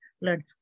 learn